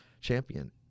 champion